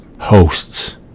hosts